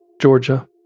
Georgia